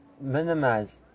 minimize